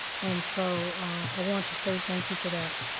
and so i want to say thank you for that.